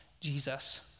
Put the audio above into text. Jesus